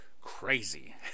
crazy